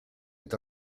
est